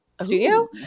studio